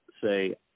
say